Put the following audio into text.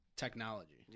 Technology